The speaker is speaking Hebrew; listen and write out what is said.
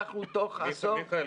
אנחנו תוך עשור --- מיכאל,